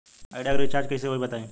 Idea के recharge कइसे होई बताईं?